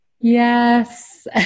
Yes